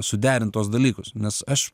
suderint tuos dalykus nes aš